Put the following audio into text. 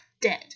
dead